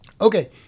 Okay